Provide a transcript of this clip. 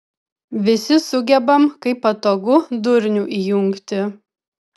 visi sugebam kai patogu durnių įjungti